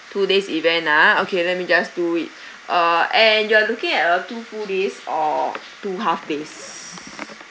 two days event ah okay let me just do it uh and you are looking at a two full days or two half days